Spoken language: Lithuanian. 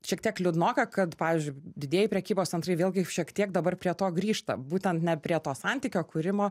šiek tiek liūdnoka kad pavyzdžiui didieji prekybos centrai vėlgi šiek tiek dabar prie to grįžta būtent ne prie to santykio kūrimo